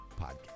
podcast